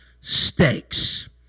stakes